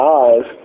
eyes